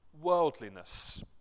Worldliness